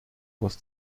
was